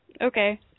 okay